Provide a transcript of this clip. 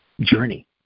journey